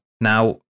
Now